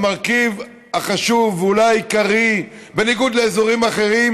המרכיב החשוב, אולי העיקרי, בניגוד לאזורים אחרים,